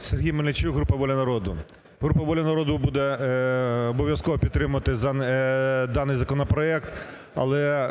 Сергій Мельничук, група "Воля народу". Група "Воля народу" буде обов'язково підтримувати даний законопроект. Але